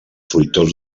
fruitós